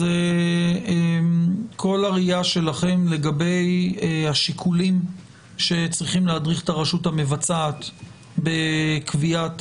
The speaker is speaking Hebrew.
כל הראייה שלכם לגבי השיקולים שצריכים להדריך את הרשות המבצעת בקביעת